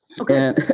okay